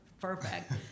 perfect